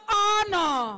honor